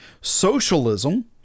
Socialism